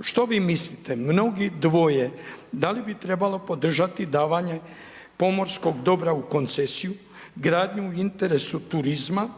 što vi mislite, mnogi dvoje da li bi trebalo podržati davanje pomorskog dobra u koncesiju, gradnju u interesu turizma